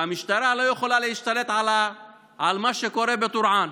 והמשטרה לא יכולה להשתלט על מה שקורה בטורעאן.